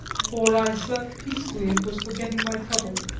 for i slept peacefully and was forgetting my trouble.